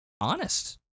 honest